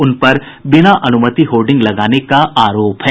उन पर बिना अनुमति होर्डिंग लगाने का आरोप है